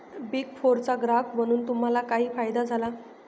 Big फोरचा ग्राहक बनून तुम्हाला काही फायदा झाला?